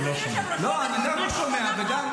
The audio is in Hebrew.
אדוני היושב-ראש, הוא אומר משהו לא נכון.